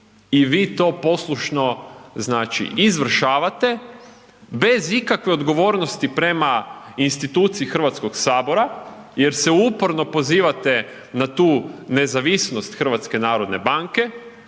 i vi to poslušno znači izvršavate bez ikakve odgovornosti prema instituciji HS jer se uporno pozivate na tu nezavisnost HNB-a, međutim vi ste